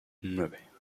nueve